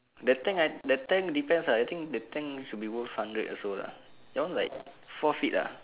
the tanks ah the tank depends ah I think the tank should be worth hundred also lah that one like four feet uh